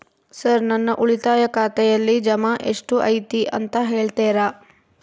Sir ನನ್ನ ಉಳಿತಾಯ ಖಾತೆಯಲ್ಲಿ ಜಮಾ ಎಷ್ಟು ಐತಿ ಅಂತ ಹೇಳ್ತೇರಾ?